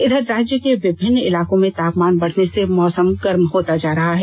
इधर राज्य के विभिन्न इलाकों में तापमान बढ़ने से मौसम गर्म होता जा रहा है